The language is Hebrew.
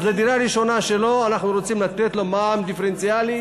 אז על הדירה הראשונה שלו אנחנו רוצים לתת לו מע"מ דיפרנציאלי